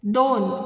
दोन